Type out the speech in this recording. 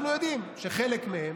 אנחנו יודעים שחלק מהם,